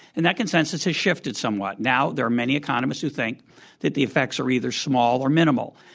and that consensus has shifted somewhat. now there are many economists who think that the effects are either small or minimal.